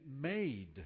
made